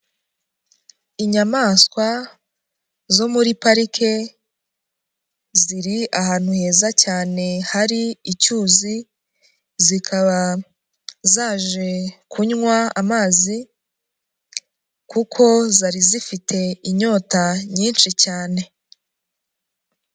Iyamanswa zo muri parike, ziri ahantu heza cyane hari icyuzi, zikaba zaje kunywa amazi kuko zari zifite inyota nyinshi cyane.